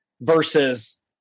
versus